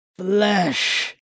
flesh